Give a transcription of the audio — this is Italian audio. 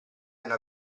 hanno